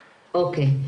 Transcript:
אוקיי,